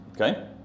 okay